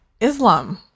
islam